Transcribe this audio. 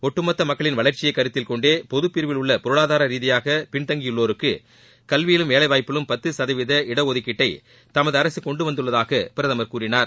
ஒட்டுமொத்த மக்களின் வளர்ச்சியை கருத்தில்கொண்டே பொதுப்பிரிவில் உள்ள பொருளாதார ரீதியாக பின்தங்கியுள்ளோருக்கு கல்வியிலும் வேலைவாய்ப்பிலும் பத்து சதவீத இடஒதுக்கீட்டை தமத அரசு கொண்டுவந்துள்ளதாக பிரதமர் கூறினார்